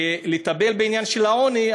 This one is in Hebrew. שכדי לטפל בעניין של העוני,